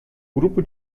grupo